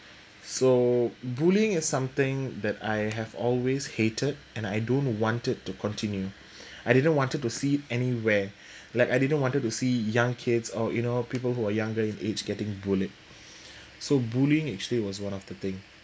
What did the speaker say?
so bullying is something that I have always hated and I don't want it to continue I didn't wanted to see anywhere like I didn't wanted to see young kids or you know people who are younger in age getting bullied so bullying actually was one of the thing